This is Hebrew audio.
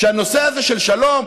שהנושא הזה של שלום,